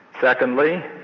Secondly